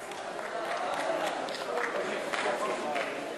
(הישיבה נפסקה בשעה 14:51 ונתחדשה בשעה 15:15.) חברי הכנסת,